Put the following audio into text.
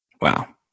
Wow